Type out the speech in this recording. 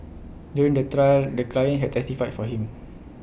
during the trial the client had testified for him